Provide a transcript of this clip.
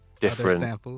different